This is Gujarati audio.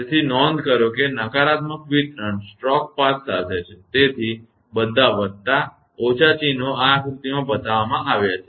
તેથી નોંધ કરો કે નકારાત્મક વિતરણ સ્ટ્રોક પાથ સાથે છે તેથી બધા વત્તા ઓછા ચિહ્નો આ આકૃતિમાં બતાવવામાં આવ્યા છે